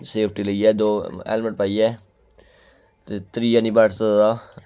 safety लेइयै दो helmet पाइयै ते त्रिया निं बैठी सकदा